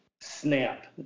snap